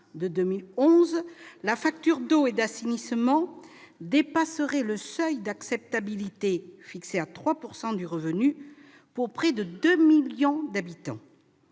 de 2011, la facture d'eau et d'assainissement dépasserait le seuil d'acceptabilité, fixé à 3 % du revenu, pour près de deux millions de Français.